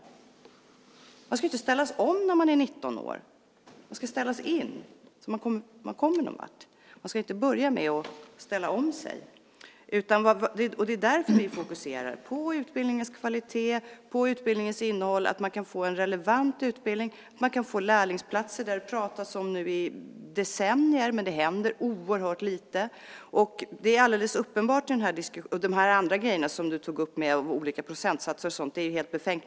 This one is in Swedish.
Man ska inte ställas om när man är 19 år. Man ska ställas in så att man kommer någon vart. Man ska inte börja med att ställa om sig. Det är därför vi fokuserar på utbildningens kvalitet och utbildningens innehåll. Man ska kunna få en relevant utbildning, och man ska kunna få en lärlingsplats. Detta har det pratats om i decennier nu, men det händer oerhört lite. Det andra du tog upp med olika procentsatser och sådant är ju helt befängt.